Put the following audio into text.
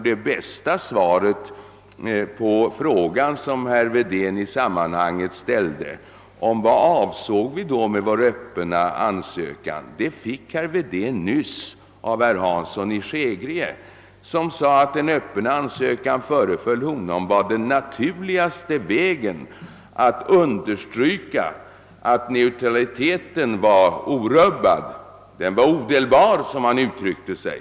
Det bästa svaret på herr Wedéns fråga om vad vi avsåg med vår ansökan gav kanske herr Hansson i Skegrie nyss, då han sade att en öppen ansökan föreföll honom vara den naturligaste vägen att understryka att det svenska neutralitetskravet var orubbat eller »odelbart», som herr Hansson uttryckte det.